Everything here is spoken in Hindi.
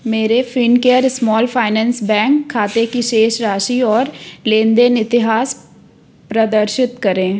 मेरे फ़िनकेयर स्माल फाइनेंस बैंक खाते की शेष राशि और लेन देन इतिहास प्रदर्शित करें